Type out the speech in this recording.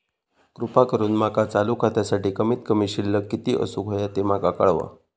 कृपा करून माका चालू खात्यासाठी कमित कमी शिल्लक किती असूक होया ते माका कळवा